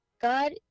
God